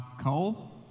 Cole